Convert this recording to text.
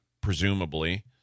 presumably